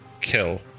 kill